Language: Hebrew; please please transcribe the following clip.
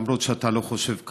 למרות שאתה לא חושב ככה.